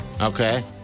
okay